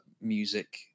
music